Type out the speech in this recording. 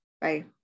Bye